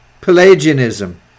Pelagianism